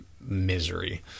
misery